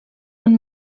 han